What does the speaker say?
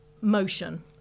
motion